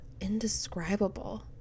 indescribable